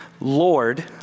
Lord